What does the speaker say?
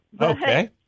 Okay